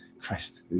Christ